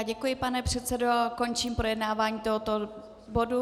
Děkuji, pane předsedo, a končím projednávání tohoto bodu.